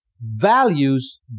values